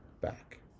back